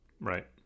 Right